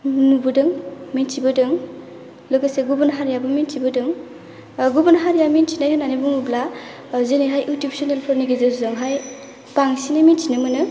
नुबोदों मोनथिबोदों लोगोसे गुबुन हारियाबो मोनथिबोदों गुबुनि हारिया मोनथिनाय होननाने बुङोब्ला जेरैहाय इउथुब सेनेलफोरनि गेजेरजोंहाय बांसिनै मोनथिनो मोनो